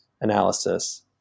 analysis